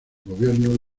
gobierno